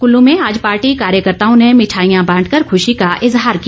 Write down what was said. कुल्लू में आज पार्टी कार्यकर्ताओं ने मिठाईयां बांट कर खुशी का इजहार किया